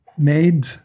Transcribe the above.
made